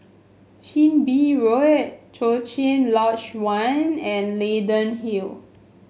Chin Bee Road Cochrane Lodge One and Leyden Hill